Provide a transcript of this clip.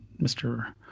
Mr